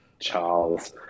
Charles